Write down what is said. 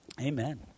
Amen